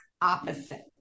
opposite